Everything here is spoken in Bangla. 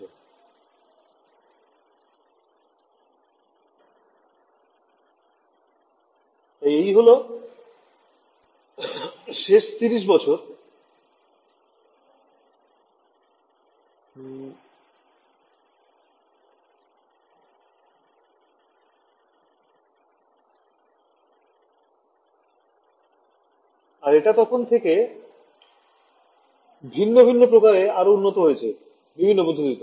তাই এই হল শেষ ৩০ বছর আর এটা তখন থেকে ভিন্ন ভিন্ন প্রকারে আরও উন্নত হয়েছে বিভিন্ন পদ্ধতিতে